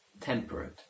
temperate